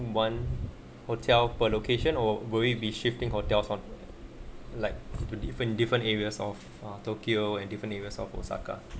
one hotel for location or worry be shifting hotels on like two different different areas of tokyo and different areas of osaka